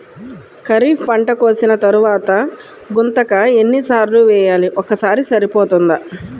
ఖరీఫ్ పంట కోసిన తరువాత గుంతక ఎన్ని సార్లు వేయాలి? ఒక్కసారి సరిపోతుందా?